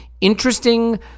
Interesting